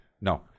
No